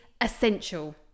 essential